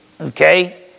Okay